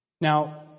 Now